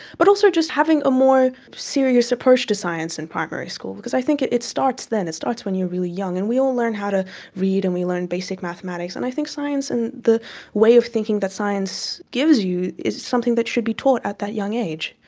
but also just having a more serious approach to science in primary school because i think it it starts then, it starts when you're really young. and we all learn how to read and we learn basic mathematics, and i think science and the way of thinking that science gives you is something that should be taught at that young age.